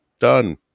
Done